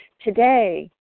today